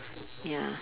ya